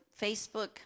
Facebook